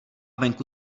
venku